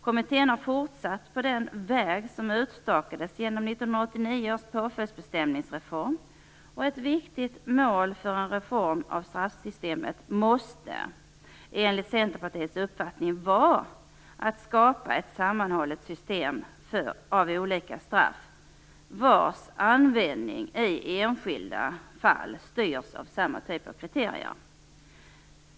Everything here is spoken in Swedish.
Kommittén har fortsatt på den väg som utstakades genom 1989 års påföljdsreform. Ett viktigt mål för en reform av straffsystemet måste enligt Centerpartiets uppfattning vara att skapa ett sammanhållet system av olika straff vilkas användning i enskilda fall styrs av samma typ av kriterier.